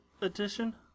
Edition